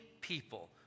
people